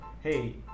hey